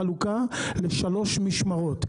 בחלוקה לשלוש משמרות.